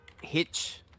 hitch